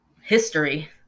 history